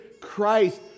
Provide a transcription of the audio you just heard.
Christ